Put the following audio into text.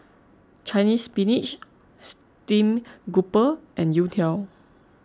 Chinese Spinach Stream Grouper and Youtiao